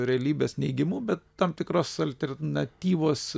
realybės neigimu bet tam tikros alternatyvos